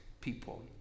people